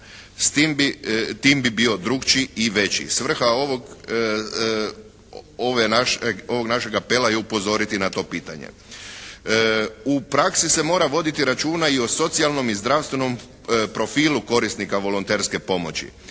Tim bi bio drukčiji i veći. Svrha ovog našeg apela je upozoriti na to pitanje. U praksi se mora voditi računa i o socijalnom i zdravstvenom profilu korisnika volonterske pomoći.